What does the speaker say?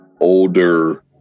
older